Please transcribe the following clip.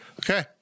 Okay